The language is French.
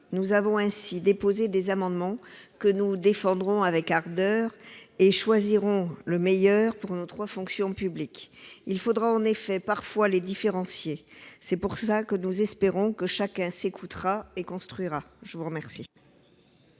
Nous avons ainsi déposé des amendements, que nous défendrons avec ardeur. Nous choisirons le meilleur pour nos trois fonctions publiques, qu'il faudra parfois différencier. C'est pourquoi nous espérons que chacun s'écoutera pour construire ce texte.